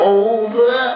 over